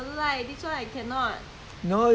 ah you don't eat you hungry